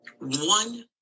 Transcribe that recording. one